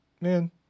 man